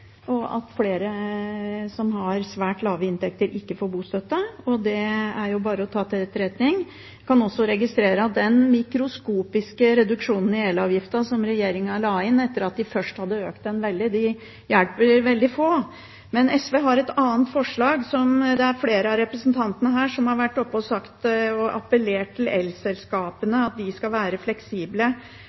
og at flere som har svært lave inntekter, ikke får bostøtte. Det er bare å ta det til etterretning. Jeg kan også registrere at den mikroskopiske reduksjonen i elavgiften, som regjeringen la inn etter at de først hadde økt den veldig, hjelper veldig få. Men SV har et annet forslag, som flere av representantene har nevnt, og som har appellert til elselskapene om å være fleksible